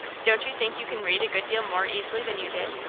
don't you think you can read a good deal more easily than you did?